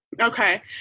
Okay